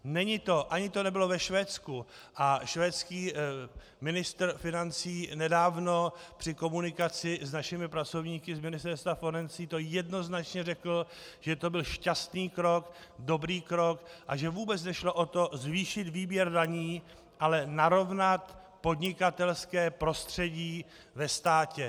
Není to ani to nebylo ve Švédsku, a švédský ministr financí nedávno při komunikaci s našimi pracovníky z Ministerstva financí to jednoznačně řekl, že to byl šťastný krok, dobrý krok, a že vůbec nešlo o to zvýšit výběr daní, ale narovnat podnikatelské prostředí ve státě.